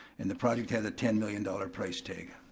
and the project has a ten million dollars price tag.